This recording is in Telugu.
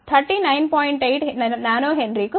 8 nH కు సమానం